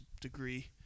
degree